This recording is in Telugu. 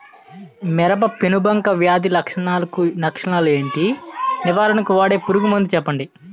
మిరప పెనుబంక వ్యాధి లక్షణాలు ఏంటి? నివారణకు వాడే పురుగు మందు చెప్పండీ?